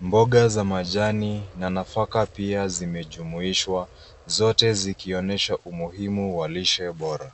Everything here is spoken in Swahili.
Mboga za majani na nafaka pia zimejumuishwa, zote zikionyesha umuhimu wa lishe bora.